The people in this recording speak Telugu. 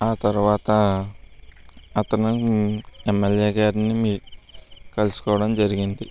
ఆ తర్వాత అతను ఎమ్మెల్యే గారిని మీ కలుసుకోవడం జరిగింది